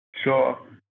Sure